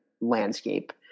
landscape